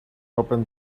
open